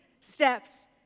steps